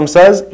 says